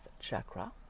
chakra